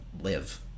live